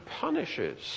punishes